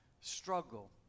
struggle